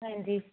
ਹਾਂਜੀ